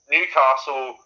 Newcastle